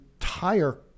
Entire